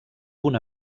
una